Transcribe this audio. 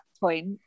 point